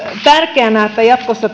tärkeänä että jatkossa